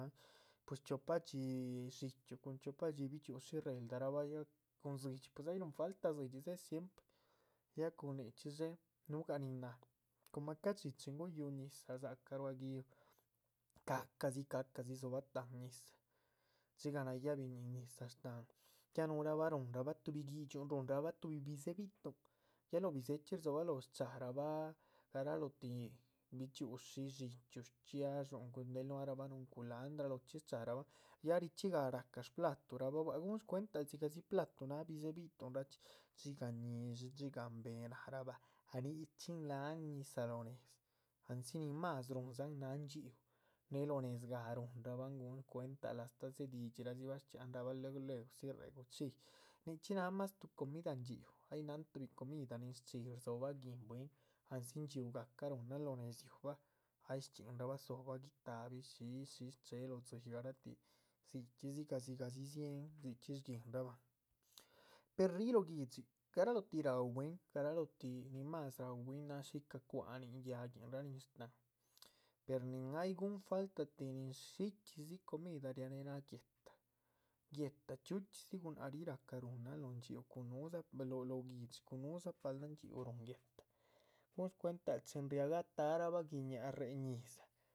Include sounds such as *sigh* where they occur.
Pues chiopadxi dxíchyu cun chiopadxi bichxi´ushi réldarabah ya cun dzidxi, pues ay ruhun falta dzidxi dxé siempre ya cun nichxí dxé, núhugah nin náh coma ca´dxi. chin guyúh ñizah dza´cah ruá gi´uh ca´cadzi ca´cadzi dzobah táhan ñizah dzigah nayáh biñín ñizah shtáhn, ya nuhurabah ruhunrabah tuhbi gidxiuhn ruhunrabha. tuhbi bidze´he bi´tuhn ya lóh bidze´hechxí rdzobaloho shcharabah garaloh ti bichxi´ushi dxíchyu, shchxiadxún, cun del nuahrahba núhun culandra, lochxí. shcharabahan ya richxí gah ráhcan shplaturabah bua´c guhun shcuentaluh dzigah dzi platu náh bidze´he bi´tuhnrachxí dxigah ñi´dxi dxigah mbé nárabah. nichxí láhan ñizah lóh nédza andzi nin más ruhundzan náha dxhíu néh lo nezgah ruhunrabahn guhun shcuental astáh dze didxírahdzibah shchxianrabah. luegu luegudzi réhe gu´chxilli, nichxí náh ma tuh comida dxhíu, ay náhan tuhbi comida nin shchxí rdzoba guihin, andzi ndxhíugahca ruhunan. lóh nédziu bah, ay shchxinrabah dzobahn guitáha bin, shísh, shísh che´ lóh dzíyih garatíh, dzichxí dzigah dzi dziehen dzichxí shguinrabahan. per ríh lóh guihdxi garalóh tih raú bwín gara´loh tíh nin mas ráu bwín náh shica´ cwa´hanin, yáhuinrah nin sh´tahan, per nin ay guhun falta tih nin dshichxídzi. comida rianéh náh guéhta, guéhta chxíu chxídzi gunáhc ríh ra´cah ruhunahn lóh dxhíu *unintelligible* cun núhudza lóh guihdxi nudza paldah dxhíu rúhun guéhta, guhun. shcuental chin riaga tahbah guiñaá, réhe ñi´zah